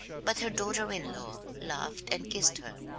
but her daughter-in-law laughed and kissed her.